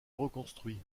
reconstruit